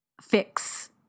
fix